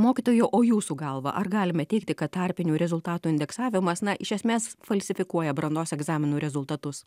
mokytojau o jūsų galva ar galime teigti kad tarpinių rezultatų indeksavimas na iš esmės falsifikuoja brandos egzaminų rezultatus